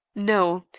no.